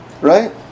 Right